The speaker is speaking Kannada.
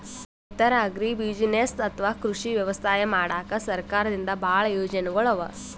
ರೈತರ್ ಅಗ್ರಿಬುಸಿನೆಸ್ಸ್ ಅಥವಾ ಕೃಷಿ ವ್ಯವಸಾಯ ಮಾಡಕ್ಕಾ ಸರ್ಕಾರದಿಂದಾ ಭಾಳ್ ಯೋಜನೆಗೊಳ್ ಅವಾ